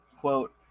Quote